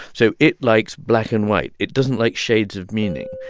so it likes black and white. it doesn't like shades of meaning.